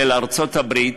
לארצות-הברית